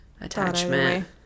attachment